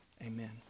Amen